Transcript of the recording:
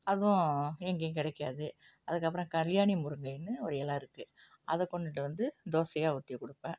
அதுவும் எங்கயும் கிடைக்காது அதுக்கப்புறம் கல்யாணி முருங்கைன்னு ஒரு இலை இருக்குது அதை கொண்டுட்டு வந்து தோசையாக ஊற்றி கொடுப்பேன்